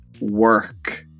work